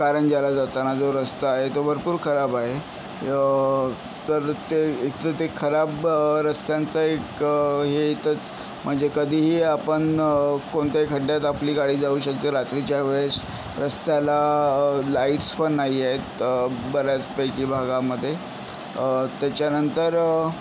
कारंज्याला जाताना जो रस्ता आहे तो भरपूर खराब आहे तर ते एकतर ते खराब रस्त्यांचा एक हे येतंच म्हणजे कधीही आपण कोणत्याही खड्ड्यात आपली गाडी जाऊ शकते रात्रीच्या वेळेस रस्त्याला लाईट्सपण नाही आहेत बऱ्याचपैकी भागामध्ये त्याच्यानंतर